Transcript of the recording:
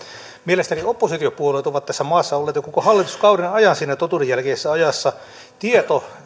mielestäni oppositiopuolueet ovat tässä maassa olleet jo koko hallituskauden ajan siinä totuuden jälkeisessä ajassa tieto